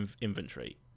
inventory